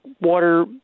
water